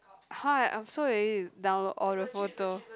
!huh! I'm so lazy to download all the photo